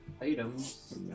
items